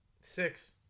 Six